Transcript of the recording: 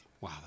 Wow